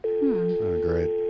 great